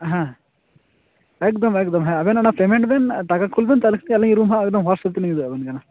ᱦᱮᱸ ᱮᱠᱫᱚᱢ ᱮᱠᱫᱚᱢ ᱟᱵᱮᱱ ᱚᱱᱟ ᱯᱮᱢᱮᱱᱴ ᱵᱮᱱ ᱴᱟᱠᱟ ᱠᱩᱞ ᱵᱮᱱ ᱛᱟᱦᱚᱞᱮ ᱠᱷᱟᱱ ᱟᱹᱞᱤᱧ ᱨᱩᱢ ᱦᱟᱸᱜ ᱮᱠᱫᱚᱢ ᱦᱳᱭᱟᱴᱥᱮᱯ ᱛᱮᱞᱤᱧ ᱩᱫᱩᱜ ᱟᱵᱮᱱ ᱠᱟᱱᱟ